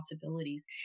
possibilities